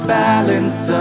balance